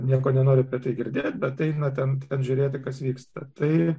nieko nenoriu apie tai girdėt bet eina ten apžiūrėti kas vyksta tai